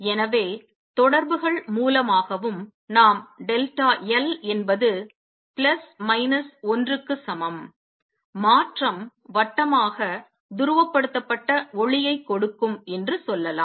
எனவே தொடர்புகள் மூலமாகவும் நாம் டெல்டா எல் என்பது பிளஸ் மைனஸ் 1 க்கு சமம் மாற்றம் வட்டமாக துருவப்படுத்தப்பட்ட ஒளியைக் கொடுக்கும் என்று சொல்லலாம்